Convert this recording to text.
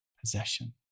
possession